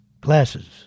Glasses